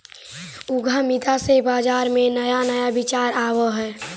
उद्यमिता से बाजार में नया नया विचार आवऽ हइ